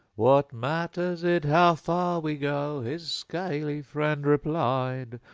what matters it how far we go? his scaly friend replied.